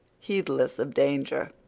heedless of danger,